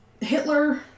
Hitler